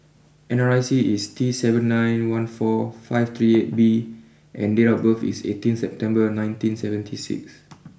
N R I C is T seven nine one four five three eight B and date of birth is eighteen September nineteen seventy six